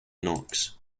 knox